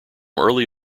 early